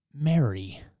Mary